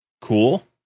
cool